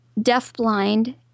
deafblind